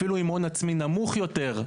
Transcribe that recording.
אפילו עם הון עצמי נמוך יותר,